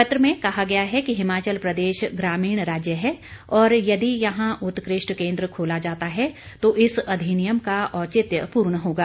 पत्र में कहा गया है कि हिमाचल प्रदेश ग्रामीण राज्य है और यदि यहां उत्कृष्ट केंद्र खोला जाता है तो इस अधिनियम का औचित्य पूर्ण होगा